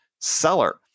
seller